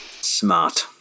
Smart